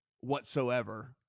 whatsoever